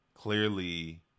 clearly